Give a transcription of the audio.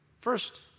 First